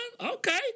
Okay